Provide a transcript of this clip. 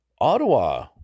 ottawa